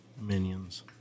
minions